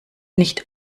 nicht